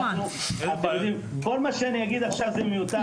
כל מה שאני אגיד עכשיו זה מיותר,